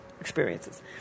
Experiences